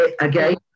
Again